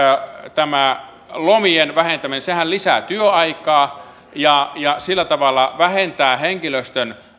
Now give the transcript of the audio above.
tämä lomien vähentäminenhän lisää työaikaa ja ja sillä tavalla vähentää henkilöstön